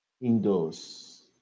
indoors